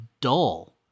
dull